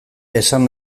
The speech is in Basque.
esan